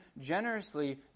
generously